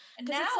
now